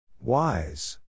Wise